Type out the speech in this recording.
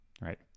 Right